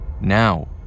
Now